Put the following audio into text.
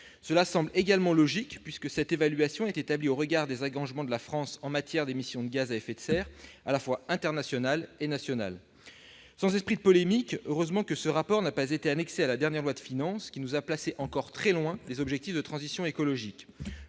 Cela semble logique, puisque cette évaluation sera établie au regard des engagements pris par la France en matière d'émissions de gaz à effet de serre aux plans national et international. Je le dis sans esprit de polémique : heureusement qu'un tel rapport n'a pas été annexé à la dernière loi de finances, qui nous a placés encore très loin des objectifs de transition écologique